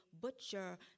butcher